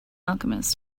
alchemist